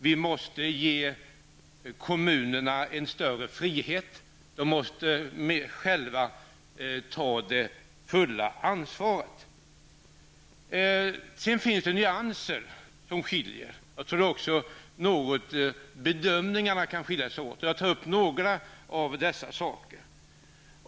Vi måste ge kommunerna en större frihet. De måste själva ta det fulla ansvaret. Sedan finns det nyanser som skiljer. Jag tror också att bedömningarna kan skilja sig något åt. Jag tar upp några av dessa saker.